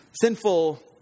sinful